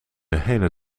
hele